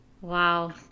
Wow